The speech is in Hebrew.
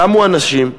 קמו אנשים,